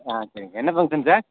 ஆ சரிங்க சார் என்ன function sir